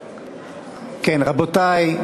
כן, רבותי.